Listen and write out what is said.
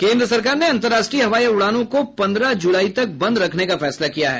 केन्द्र सरकार ने अन्तरराष्ट्रीय हवाई उड़ानों को पन्द्रह जुलाई तक बंद रखने का फैसला किया है